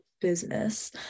business